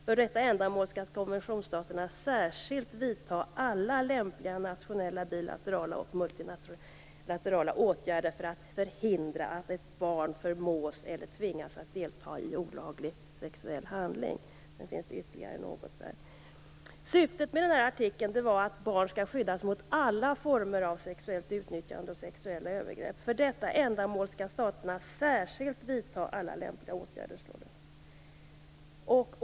För detta ändamål skall konventionsstaterna särskilt vidta alla lämpliga nationella, bilaterala och multilaterala åtgärder för att förhindra Det finns ytterligare några punkter i texten. Syftet med denna artikel är att barn skall skyddas mot alla former av sexuellt utnyttjande och sexuella övergrepp. För detta ändamål skall konventionsstaterna särskilt vidta alla lämpliga åtgärder, står det.